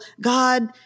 God